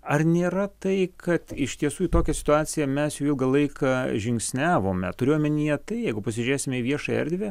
ar nėra tai kad iš tiesų į tokia situaciją mes jau ilgą laiką žingsniavome turiu omenyje tai jeigu pasižiūrėsime į viešąją erdvę